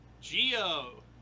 geo